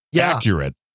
accurate